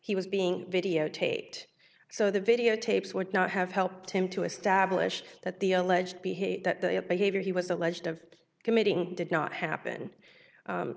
he was being videotaped so the videotapes would not have helped him to establish that the alleged behavior that the a behavior he was alleged of committing did not happen